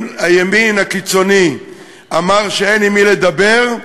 אם הימין הקיצוני אמר שאין עם מי לדבר,